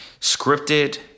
scripted